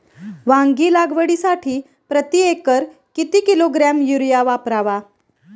वांगी लागवडीसाठी प्रती एकर किती किलोग्रॅम युरिया वापरावा?